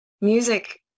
music